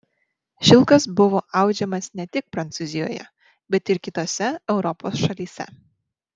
šilkas buvo audžiamas ne tik prancūzijoje bet ir kitose europos šalyse